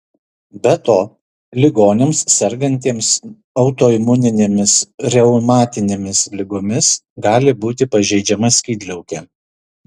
be to ligoniams sergantiems autoimuninėmis reumatinėmis ligomis gali būti pažeidžiama skydliaukė